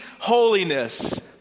holiness